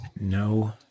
No